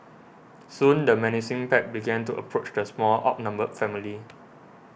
soon the menacing pack began to approach the poor outnumbered family